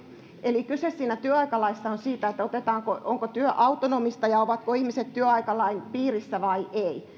eli kyse siinä työaikalaissa on siitä onko työ autonomista ja ovatko ihmiset työaikalain piirissä vai eivät